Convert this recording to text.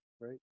right